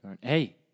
Hey